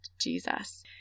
Jesus